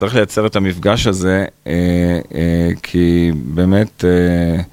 צריך לייצר את המפגש הזה, כי באמת...